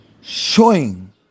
showing